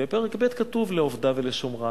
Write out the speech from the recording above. בפרק ב' כתוב "לעבדה ולשמרה".